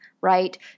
right